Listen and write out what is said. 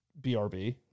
BRB